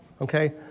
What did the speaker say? okay